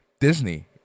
Disney